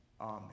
Amen